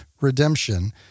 redemption